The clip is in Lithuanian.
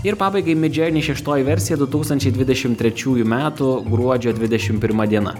ir pabaigai midjourney šeštoji versija du tūkstančiai dvidešimt trečiųjų metų gruodžio dvidešimt pirma diena